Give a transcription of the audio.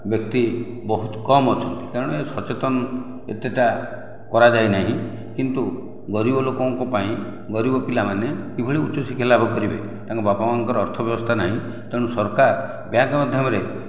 ବ୍ୟକ୍ତି ବହୁତ କମ୍ ଅଛନ୍ତି କାରଣ ସଚେତନ୍ ଏତେଟା କରାଯାଇନାହିଁ କିନ୍ତୁ ଗରିବ ଲୋକଙ୍କପାଇଁ ଗରିବ ପିଲାମାନେ କିଭଳି ଉଚ୍ଚଶିକ୍ଷା ଲାଭ କରିବେ ତାଙ୍କ ବାପା ମା'ଙ୍କର ଅର୍ଥବ୍ୟବସ୍ଥା ନାହିଁ ତେଣୁ ସରକାର ବ୍ୟାଙ୍କ୍ ମାଧ୍ୟମରେ